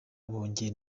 bongeye